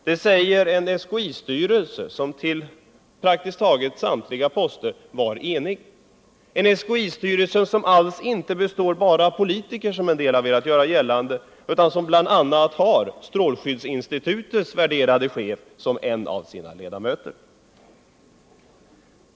Det säger också en SKI-styrelse som var praktiskt taget enig, en SKI-styrelse som alls inte består enbart av politiker, vilket somliga har velat göra gällande, utan som bl.a. har strålskyddsinstitutets värderade chef som en av sina ledamöter.